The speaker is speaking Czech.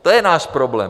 To je náš problém.